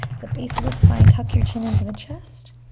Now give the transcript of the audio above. the base of the spine, tuck your chin into the chest